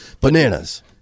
Bananas